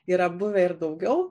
yra buvę ir daugiau